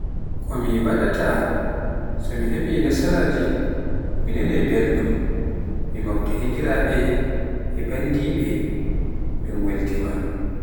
Ko mi mbaɗata so mi heɓi nasaraaji, mi nanaai belɗum mi mofta higiraɓe e banndiɓe min weltiima